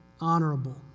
honorable